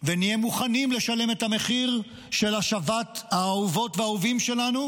ונהיה מוכנים לשלם את המחיר של השבת האהובות והאהובים שלנו,